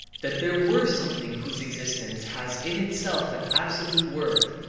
that there were something whose existence has in itself an absolute worth,